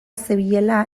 zebilela